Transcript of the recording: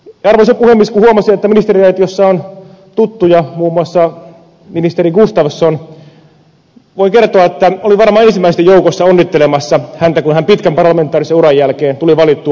kun huomasin että ministeriaitiossa on tuttuja muun muassa ministeri gustafsson voin kertoa että olin varmaan ensimmäisten joukossa onnittelemassa häntä kun hän pitkän parlamentaarisen uran jälkeen tuli valittua opetusministeriksi